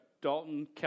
Dalton